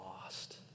lost